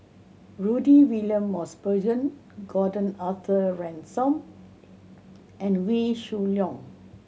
Rudy William Mosbergen Gordon Arthur Ransome and Wee Shoo Leong